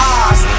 eyes